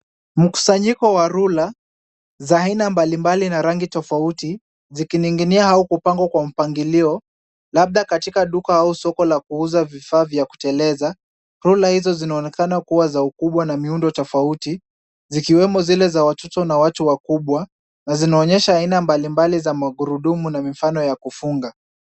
Mkusanyiko wa rula za aina mbalimbali na rangi tofauti, zikining'inia au kupangwa kwa mpangilio, labda katika duka au soko ya kuuza bidhaa za kuteleza. Rula hizo zinaonekana kuwa za ukubwa na miundo tofauti, zikiwemo zile za watoto na watu wakubwa na zinaonyesha aina mbalimbali za magurudumu na mifano ya kufunga.